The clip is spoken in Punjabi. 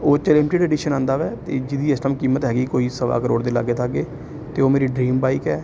ਉਹਦੇ 'ਚ ਲਿਮਿਟਡ ਐਡੀਸ਼ਨ ਆਉਂਦਾ ਹੈ ਅਤੇ ਜਿਹਦੀ ਇਸ ਟਾਈਮ ਕੀਮਤ ਹੈਗੀ ਕੋਈ ਸਵਾ ਕਰੋੜ ਦੇ ਲਾਗੇ ਤਾਗੇ ਅਤੇ ਉਹ ਮੇਰੀ ਡਰੀਮ ਬਾਈਕ ਹੈ